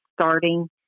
starting